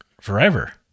forever